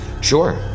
sure